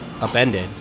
upended